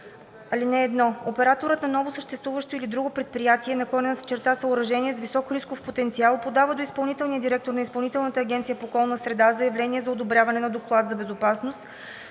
така: „(1) Операторът на ново, съществуващо или друго предприятие/съоръжение с висок рисков потенциал подава до изпълнителния директор на Изпълнителната агенция по околна среда заявление за одобряване на доклад за безопасност,